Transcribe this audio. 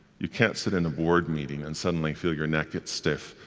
you can't sit in a board meeting and suddenly feel your neck get stiff,